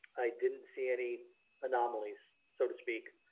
i didn't see any anomalies so to speak.